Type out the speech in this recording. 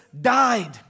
died